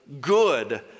good